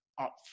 up